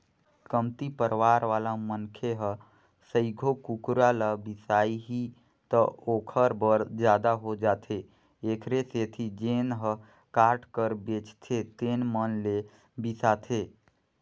कमती परवार वाला मनखे ह सइघो कुकरा ल बिसाही त ओखर बर जादा हो जाथे एखरे सेती जेन ह काट कर बेचथे तेन में ले बिसाथे